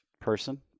person